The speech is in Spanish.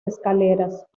escaleras